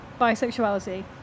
bisexuality